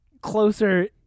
closer